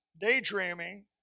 daydreaming